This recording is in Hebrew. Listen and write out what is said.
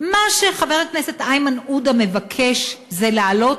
מה שחבר הכנסת איימן עודה מבקש זה להעלות